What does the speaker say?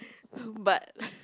but